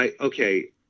Okay